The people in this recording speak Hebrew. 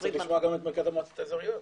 צריך לשמוע גם את מרכז המועצות האזוריות.